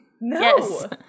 No